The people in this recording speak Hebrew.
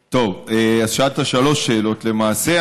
טוב, אז שאלת שלוש שאלות, למעשה.